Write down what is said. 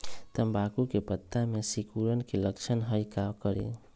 तम्बाकू के पत्ता में सिकुड़न के लक्षण हई का करी?